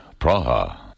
Praha